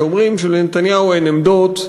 שאומרים שלנתניהו אין עמדות,